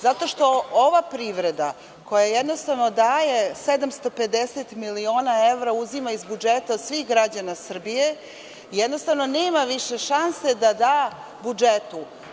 Zato što ova privreda koja jednostavno daje 750 miliona evra uzima iz budžeta od svih građana Srbije i jednostavno nema više šanse da da budžetu.